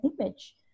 image